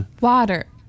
Water